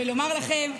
ולומר לכם: